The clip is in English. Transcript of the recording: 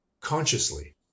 consciously